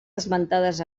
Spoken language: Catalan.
esmentades